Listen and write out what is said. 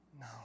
No